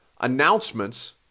announcements